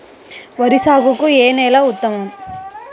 వరి సాగుకు ఏ నేల ఉత్తమం?